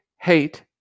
hate